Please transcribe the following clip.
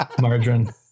margarine